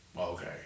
okay